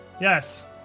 Yes